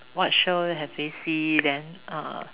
what show have you see then uh